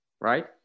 right